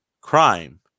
crime